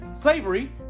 slavery